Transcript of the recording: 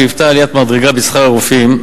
שהיוותה עליית מדרגה בשכר הרופאים,